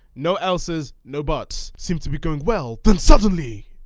no else's, no buts. seemed to be going well then suddenly.